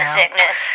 sickness